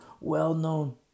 well-known